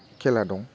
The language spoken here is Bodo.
खेला दं